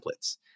templates